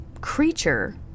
creature